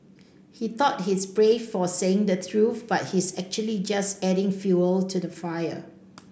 he thought he's brave for saying the truth but he's actually just adding fuel to the fire